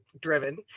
driven